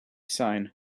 sign